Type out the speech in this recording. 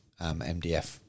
MDF